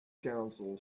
council